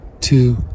two